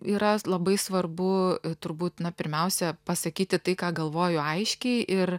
yra labai svarbu turbūt na pirmiausia pasakyti tai ką galvoju aiškiai ir